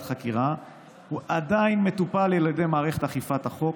חקירה עדיין מטופל על ידי מערכת אכיפת החוק